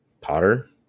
Potter